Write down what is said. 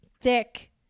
thick